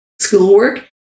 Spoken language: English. schoolwork